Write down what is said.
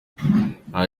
nta